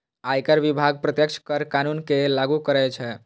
आयकर विभाग प्रत्यक्ष कर कानून कें लागू करै छै